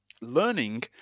learning